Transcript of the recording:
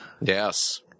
yes